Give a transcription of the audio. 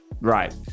Right